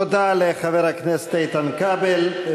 תודה לחבר הכנסת איתן כבל.